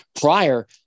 prior